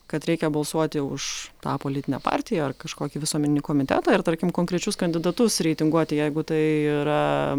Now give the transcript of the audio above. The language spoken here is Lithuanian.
kad reikia balsuoti už tą politinę partiją ar kažkokį visuomeninį komitetą ir tarkim konkrečius kandidatus reitinguoti jeigu tai yra